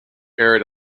aired